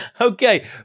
okay